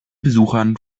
besuchern